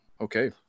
okay